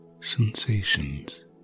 sensations